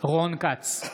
רון כץ,